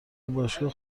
باشگاه